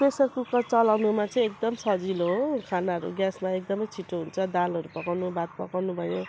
pressure cooker चलाउनुमा चाहिँ एकदम सजिलो हो खानाहरू ग्यासमा एकदमै छिटो हुन्छ दालहरू पकाउनु भात पकाउनु भयो